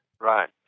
Right